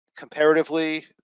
Comparatively